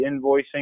invoicing